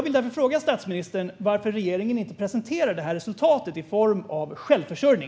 Varför presenterar regeringen inte detta resultat utifrån graden av självförsörjning?